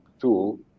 tool